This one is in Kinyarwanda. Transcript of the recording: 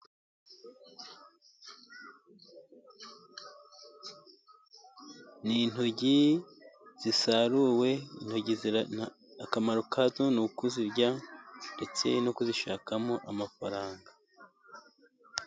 Ni intoryi zisaruwe, intoryi akamaro kazo ni ukuzirya ndetse no kuzishakamo amafaranga.